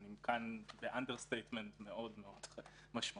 אני כאן באנדרסטייטמנט מאוד משמעותי,